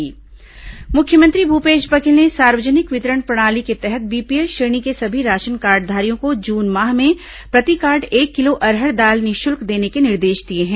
दाल वितरण मुख्यमंत्री भूपेश बघेल ने सार्वजनिक वितरण प्रणाली के तहत बीपीएल श्रेणी के सभी राशन कार्डधारियों को जून माह में प्रतिकार्ड एक किलो अरहर दाल निःशुल्क देने के निर्देश दिए हैं